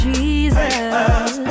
Jesus